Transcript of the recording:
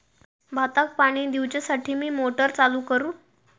भाताक पाणी दिवच्यासाठी मी मोटर चालू करू?